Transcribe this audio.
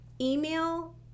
Email